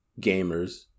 gamers